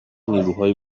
نیروهای